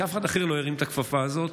כי אף אחד אחר לא ירים את הכפפה הזאת.